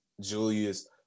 Julius